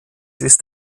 ist